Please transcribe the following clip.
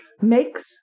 makes